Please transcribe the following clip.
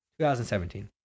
2017